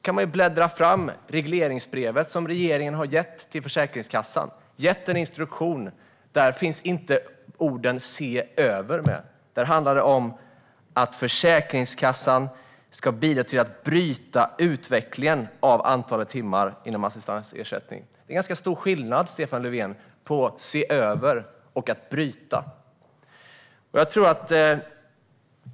Man kan då bläddra i det regleringsbrev som regeringen har gett till Försäkringskassan med en instruktion. Där finns inte orden "se över" med. Där handlar det om att Försäkringskassan ska bidra till att bryta utvecklingen av antalet timmar med assistansersättning. Det är ganska stor skillnad, Stefan Löfven, på att se över och att bryta utvecklingen.